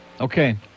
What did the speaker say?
Okay